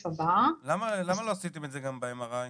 למה לא עשיתם את זה גם ב-MRI?